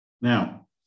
Now